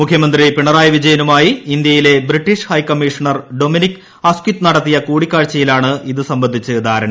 മുഖ്യമന്ത്രി പിണറായി വിജയനുമായി ഇന്ത്യയിലെ ബ്രിട്ടീഷ് ഹൈക്കമ്മീഷണർ ഡൊമിനിക്ക് അസ്കിത്ത് നടത്തിയ കൂടിക്കാഴ്ചയിലാണ് ഇതുസംബന്ധിച്ച നാരണ